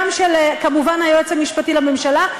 גם כמובן של היועץ המשפטי לממשלה,